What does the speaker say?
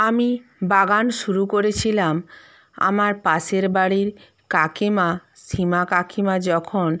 আমি বাগান শুরু করেছিলাম আমার পাশের বাড়ির কাকিমা সীমা কাকিমা যখন